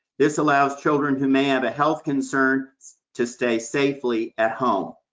this allows children who may have a health concern to stay safely at home.